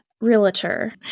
realtor